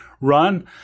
run